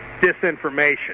disinformation